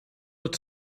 het